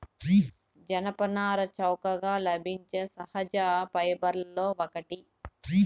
జనపనార చౌకగా లభించే సహజ ఫైబర్లలో ఒకటి